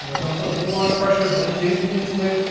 you know don't put a whole lot of pressure. don't dig into it.